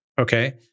Okay